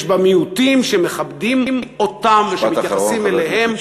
יש בה מיעוטים שמכבדים אותם ושמתייחסים אליהם,